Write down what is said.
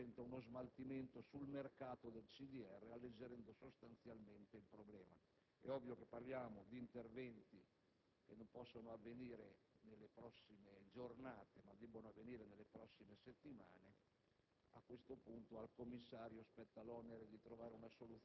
un trattamento dei rifiuti adeguato alle normative che ci consenta uno smaltimento sul mercato del CDR, alleggerendo sostanzialmente il problema. È ovvio che parliamo di interventi che non possono avvenire nelle prossime giornate, ma debbono aver luogo nelle prossime settimane.